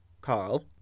Carl